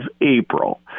April